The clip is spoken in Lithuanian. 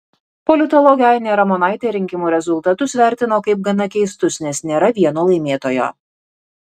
politologė ainė ramonaitė rinkimų rezultatus vertino kaip gana keistus nes nėra vieno laimėtojo